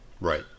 Right